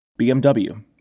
BMW